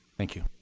thank you.